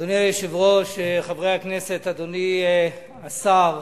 אדוני היושב-ראש, חברי הכנסת, אדוני השר,